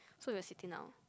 so we're sitting down